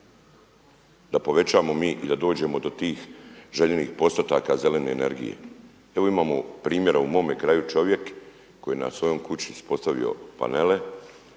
da povećamo mi i da dođemo do tih zelenih postotaka zelene energije. Evo imamo primjera u mome kraju čovjek koji je na svojoj kući postavio panele,